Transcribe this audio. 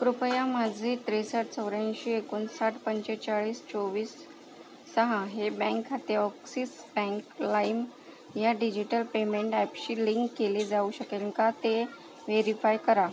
कृपया माझे त्रेसष्ट चौऱ्याऐंशी एकोणसाठ पंचेचाळीस चोवीस सहा हे बँक खाते ऑक्सिस बँक लाईम ह्या डिजिटल पेमेंट ॲपशी लिंक केले जाऊ शकेन का ते वेरीफाय करा